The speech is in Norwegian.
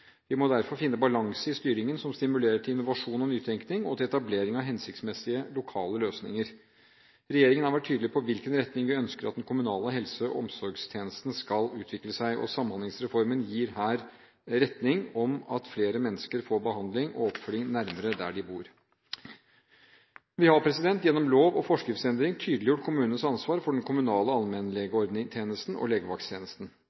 Vi må derfor finne en balanse i styringen som stimulerer til innovasjon og nytenking og til etablering av hensiktsmessige lokale løsninger. Regjeringen har vært tydelig på hvilken retning vi ønsker at den kommunale helse- og omsorgstjenesten skal utvikle seg. Samhandlingsreformens retning er at flere mennesker får behandling og oppfølging nærmere der de bor. Vi har gjennom lov- og forskriftsendring tydeliggjort kommunenes ansvar for den kommunale